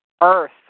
Earth